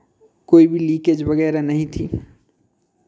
कोई भी लीकेज वगैरह नहीं थी